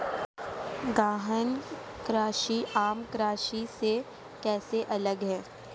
गहन कृषि आम कृषि से कैसे अलग है?